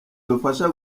dufasha